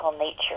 nature